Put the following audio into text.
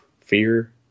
fear